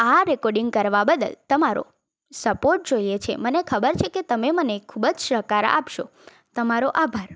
આ રેકોડિંગ કરવા બદલ તમારો સપોટ જોઈએ છે મને ખબર છે કે તમે મને ખૂબજ સહકાર આપશો તમારો આભાર